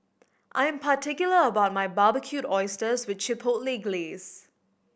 I'm particular about my Barbecued Oysters with Chipotle Glaze